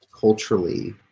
culturally